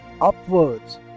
upwards